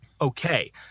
okay